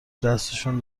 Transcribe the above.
دستشون